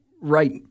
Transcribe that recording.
right